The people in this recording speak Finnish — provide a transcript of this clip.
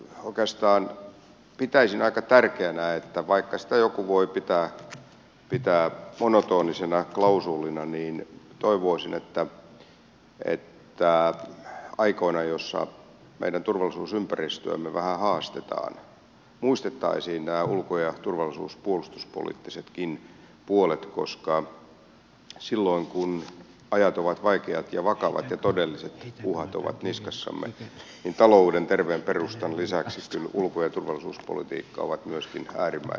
oikeastaan pitäisin aika tärkeänä vaikka sitä joku voi pitää monotonisena klausuulina ja toivoisin että aikoina joina meidän turvallisuusympäristöämme vähän haastetaan muistettaisiin nämä ulko ja turvallisuus puolustuspoliittisetkin puolet koska silloin kun ajat ovat vaikeat ja vakavat ja todelliset uhat ovat niskassamme talouden terveen perustan lisäksi kyllä ulko ja turvallisuuspolitiikka on myöskin äärimmäisen tärkeää